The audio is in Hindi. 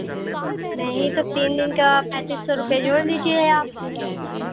नहीं तो तीन दिन का पैंतीस सौ रुपये जोड़ लीजिए आप